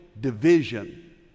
division